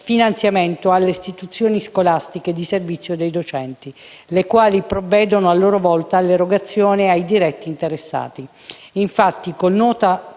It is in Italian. finanziamento alle istituzioni scolastiche di servizio dei docenti, le quali provvedono a loro volta all'erogazione ai diretti interessati. Infatti, con nota